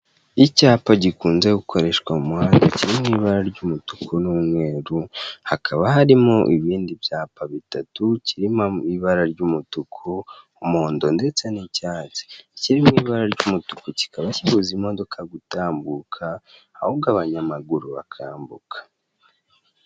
Icyapa gikunze gukoreshwa mu muhanda kiri mu ibara ry'umutuku n'umweru hakaba harimo ibindi byapa bitatu kirimo ibara ry'umutuku n'umuhondo ndetse n'icyatsi ikiri mu ibara ry'umutuku kikaba kibuza imodoka gutambuka ahubwo abanyamaguru bakambuka.